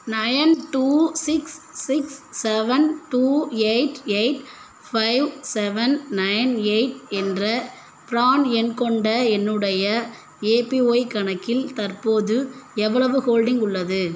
nine two six six seven two eight eight five nine eight எயிட் என்ற PRAN எண் கொண்ட என்னுடைய ஏபிஒய் கணக்கில் தற்போது எவ்வளவு ஹோல்டிங் உள்ளது